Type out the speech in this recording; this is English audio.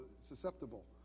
susceptible